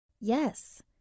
Yes